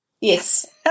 Yes